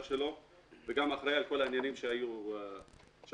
שלו וגם אחראי על כל העניינים שהיו אתו.